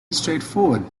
straightforward